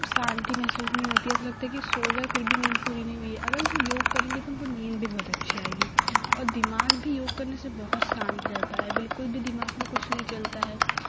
शांति महसूस नहीं होती है ऐसा लगता है की सो गए फिर भी नींद पूरी नहीं हुई है अगर हम योग करेंगे तो हमको नींद भी बहुत अच्छी आएगी और दिमाग भी योग करने बहुत शांत रहता है बिलकुल भी दिमाग में कुछ नहीं चलता है